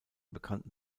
bekannten